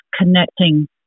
connecting